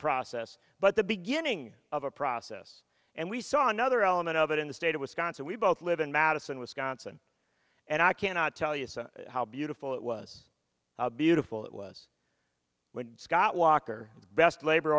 process but the beginning of a process and we saw another element of it in the state of wisconsin we both live in madison wisconsin and i cannot tell you how beautiful it was beautiful it was when scott walker best labor